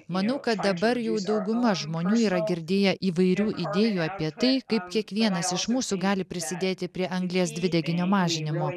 manau kad dabar jau dauguma žmonių yra girdėję įvairių idėjų apie tai kaip kiekvienas iš mūsų gali prisidėti prie anglies dvideginio mažinimo